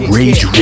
Rage